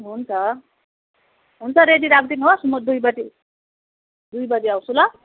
हुन्छ हुन्छ रेडी राखिदिनु होस् म दुई बजी दुई बजी आउँछु ल